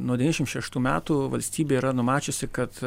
nuo devyniasdešim šeštų metų valstybė yra numačiusi kad